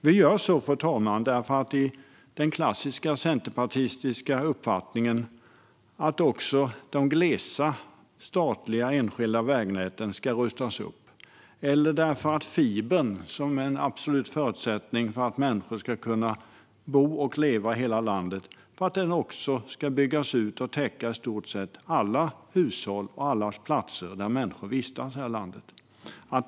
Vi gör så, fru talman, därför att den klassiska centerpartistiska uppfattningen är att även de glesa statliga enskilda vägnäten ska rustas upp. Vi gör det också för att fibern, som är en absolut förutsättning för att människor ska kunna bo och leva i hela landet, ska byggas ut och täcka i stort sett alla hushåll och alla platser där människor vistas här i landet.